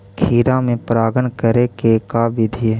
खिरा मे परागण करे के का बिधि है?